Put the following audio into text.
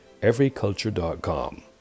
everyculture.com